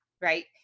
Right